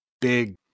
big